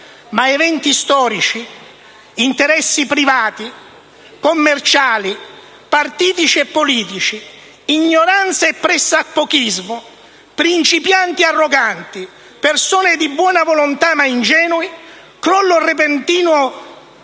dei responsabili), interessi privati, commerciali, partitici e politici, ignoranza e pressapochismo, principianti arroganti, persone di buona volontà ma ingenui, crollo repentino